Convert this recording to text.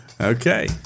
Okay